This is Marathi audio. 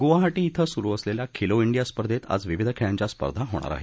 गुवाहाटी डें सुरू असलेल्या खेलो डिया स्पर्धेत आज विविध खेळांच्या स्पर्धा होणार आहेत